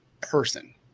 person